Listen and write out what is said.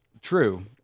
true